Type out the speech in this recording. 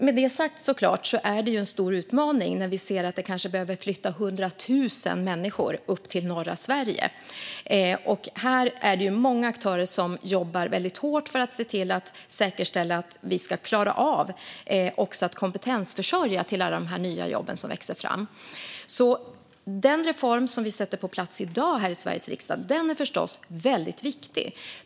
Med det sagt är det en stor utmaning när vi ser att 100 000 människor måste flytta upp till norra Sverige. Här är det många aktörer som jobbar hårt för att se till att säkerställa att vi ska klara av att kompetensförsörja till alla de nya jobb som växer fram. Den reform som vi sätter på plats i dag i Sveriges riksdag är förstås viktig.